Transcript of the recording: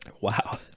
Wow